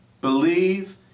Believe